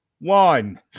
one